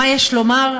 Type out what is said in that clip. מה יש לומר?